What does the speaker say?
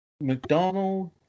mcdonald